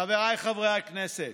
חבריי חברי הכנסת,